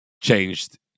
changed